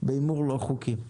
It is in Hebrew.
בהימור לא חוקי.